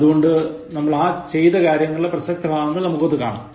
അതുകൊണ്ട് നമ്മൾ ആ ചെയ്ത കാര്യങ്ങളുടെ പ്രസക്ത ഭാഗങ്ങൾ നമുക്കൊന്ന് കാണാം